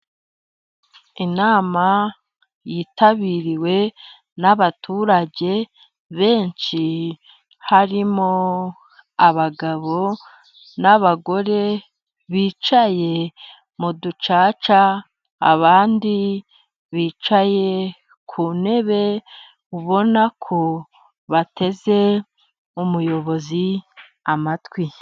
Inama yitabiriwe n'abaturage benshi harimo abagabo n'abagore bicaye mu ducaca, abandi bicaye ku ntebe, ubona ko bateze umuyobozi amatwi.